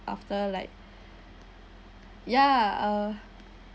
after like ya uh